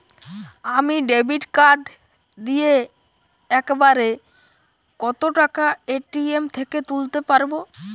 আমি debit card দিয়ে এক বারে কত টাকা এ.টি.এম থেকে তুলতে পারবো?